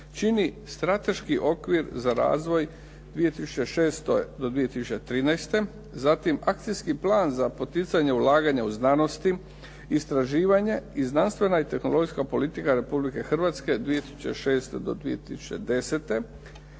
čini strateški okvir za razvoj 2006.-2013., zatim Akcijski plan za poticanje ulaganja u znanosti, istraživanje i znanstvena i tehnologijska politika Republike Hrvatske 2006.-2010.